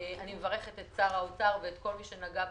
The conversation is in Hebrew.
אני מברכת את שר האוצר ואת כל מי שנגע בדבר,